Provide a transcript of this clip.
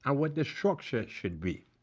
and what the structure should be.